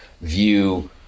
view